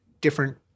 different